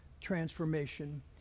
transformation